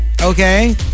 Okay